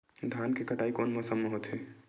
धान के कटाई कोन मौसम मा होथे?